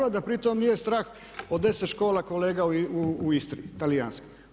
A da pritom nije strah od 10 škola kolega u Istri talijanskih?